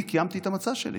אני קיימתי את המצע שלי.